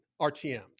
RTM